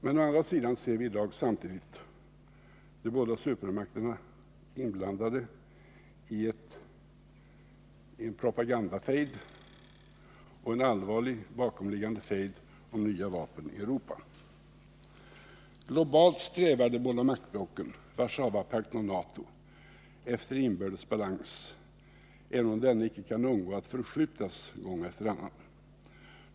Men dessutom ser vi i dag de båda supermakterna inblandade i en propagandafejd och en allvarlig bakomliggande fejd om nya vapen i Europa. Globalt strävar de båda maktblocken, Warszawapakten och NATO, efter inbördes balans, även om denna inte kan undgå att förskjutas gång efter annan.